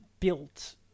Built